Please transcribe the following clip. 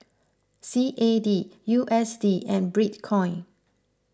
C A D U S D and Bitcoin